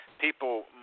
people